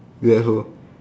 U_F_O